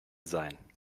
sein